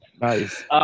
Nice